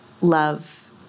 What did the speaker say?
love